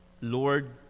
lord